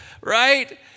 right